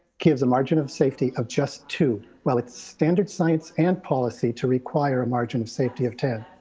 gives a margin of safety of just two. well it's standard science and policy to require a margin of safety of ten.